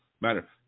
Matter